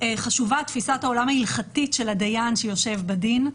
תפיסת העולם ההלכתית של הדיין שיושב בדין.